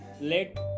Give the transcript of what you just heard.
let